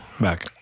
Back